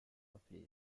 appelée